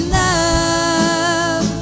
love